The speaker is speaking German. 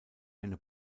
eine